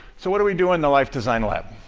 so what do we do in the life design lab?